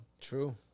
true